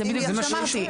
זה בדיוק מה שאמרתי.